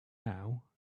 now